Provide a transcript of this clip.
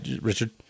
Richard